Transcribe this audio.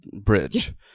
Bridge